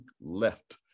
left